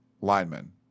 linemen